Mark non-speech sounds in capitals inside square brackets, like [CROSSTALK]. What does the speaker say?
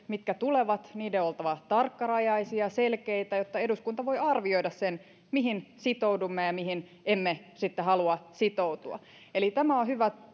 mitkä tulevat on oltava tarkkarajaisia ja selkeitä jotta eduskunta voi arvioida mihin sitoudumme ja mihin emme sitten halua sitoutua tämä on hyvä [UNINTELLIGIBLE]